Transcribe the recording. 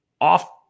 off